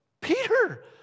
Peter